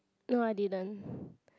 no I didn't